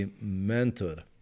mentor